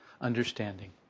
Understanding